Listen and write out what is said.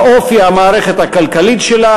באופי המערכת הכלכלית שלה,